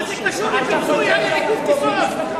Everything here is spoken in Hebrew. מה זה קשור לפיצוי על עיכוב טיסות?